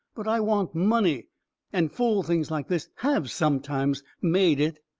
but i want money and fool things like this have sometimes made it.